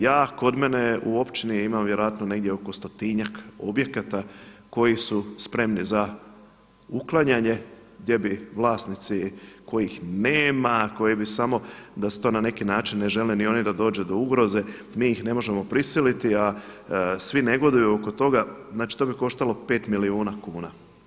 Ja, kod mene u općini imam vjerojatno negdje oko stotinjak objekata koji su spremni za uklanjanje gdje bi vlasnici kojih nema, koji bi samo da se to na neki način, ne žele ni oni da dođe do ugroze, mi ih ne možemo prisiliti a svi negoduju oko toga, znači to bi koštalo 5 milijuna kuna.